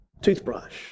toothbrush